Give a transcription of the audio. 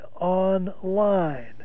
online